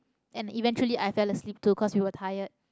and eventually I fell asleep too cause we were tired